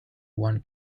one